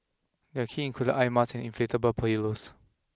their key included eye marten inflatable pillows